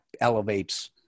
elevates